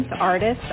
artists